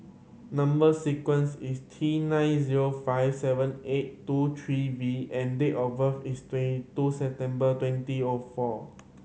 number sequence is T nine zero five seven eight two three V and date of birth is twenty two September twenty O four